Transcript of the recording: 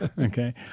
okay